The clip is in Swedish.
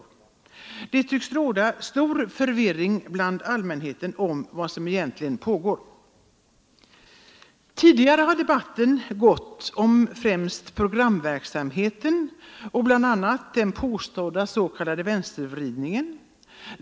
Det tycks råda stor förvirring bland allmänheten om vad som egentligen pågår. Tidigare har debatten rört främst programverksamheten och bl.a. den påstådda s.k. vänstervridningen.